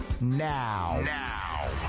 now